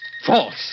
False